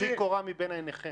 טלו קורה מבין עיניכם.